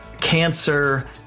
cancer